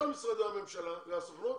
כל משרדי הממשלה והסוכנות,